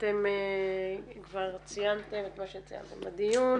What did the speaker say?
אתם כבר ציינתם את מה שציינתם בדיון.